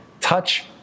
touch